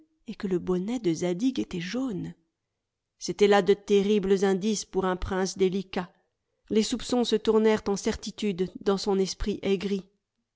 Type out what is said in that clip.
et que le bonnet de zadig était jaune c'étaient là de terribles indices pour un prince délicat les soupçons se tournèrent en certitude dans son esprit aigri